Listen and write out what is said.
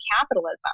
capitalism